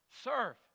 Serve